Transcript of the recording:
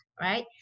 Right